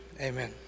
Amen